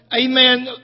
Amen